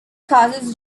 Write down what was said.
causes